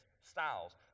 styles